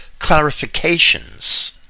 clarifications